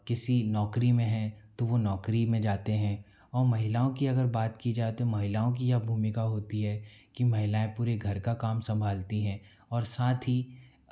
किसी नौकरी में हैं तो वो नौकरी में जाते हैं और महिलाओं की अगर बात की जाए तो महिलाओं की यह भूमिका होती है कि महिलाएं पूरे घर का काम संभालती हैं और साथ ही